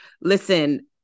Listen